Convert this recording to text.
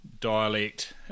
dialect